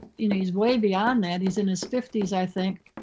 you know, he's way beyond that, he's in his fifty s, i think.